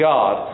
God